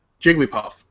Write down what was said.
Jigglypuff